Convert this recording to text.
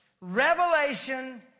Revelation